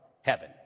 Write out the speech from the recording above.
heaven